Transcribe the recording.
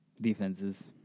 Defenses